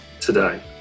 today